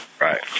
Right